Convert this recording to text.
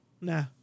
Nah